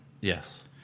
Yes